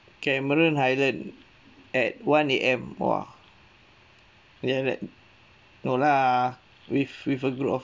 cameron highland at one A_M !wah! didn't have that no lah with with a group of